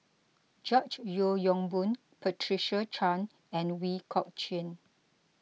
George Yeo Yong Boon Patricia Chan and Ooi Kok Chuen